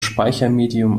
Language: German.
speichermedium